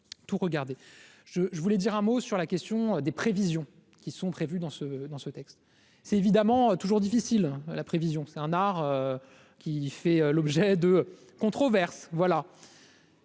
je voulais dire un mot sur la question des prévisions qui sont prévues dans ce dans ce texte, c'est évidemment toujours difficile, la prévision c'est un art qui fait l'objet de controverse